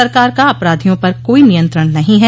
सरकार का अपराधियों पर कोई नियंत्रण नहीं है